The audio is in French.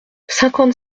cinquante